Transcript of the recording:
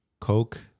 coke